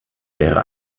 wäre